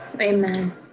Amen